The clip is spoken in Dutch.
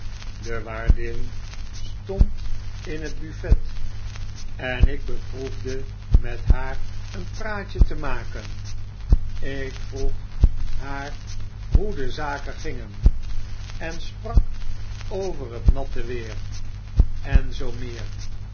de waardin stond in het buffet en ik beproefde met haar een praatje te maken ik vroeg haar hoe de zaken gingen en sprak over het natte weer en zoo meer